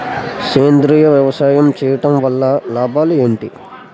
సేంద్రీయ వ్యవసాయం చేయటం వల్ల లాభాలు ఏంటి?